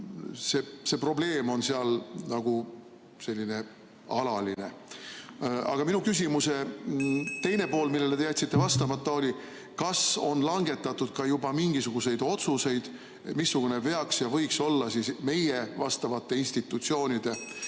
see probleem on seal nagu alaline. Aga minu küsimuse teine pool, millele te jätsite vastamata, oli see: kas on langetatud juba mingisuguseid otsuseid, missugune peaks olema ja võiks olla meie vastavate institutsioonide